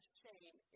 shame